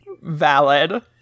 Valid